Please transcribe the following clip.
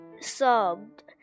sobbed